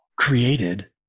created